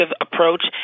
approach